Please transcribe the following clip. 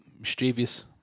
mischievous